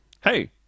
Hey